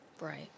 Right